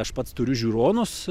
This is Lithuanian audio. aš pats turiu žiūronus